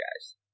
guys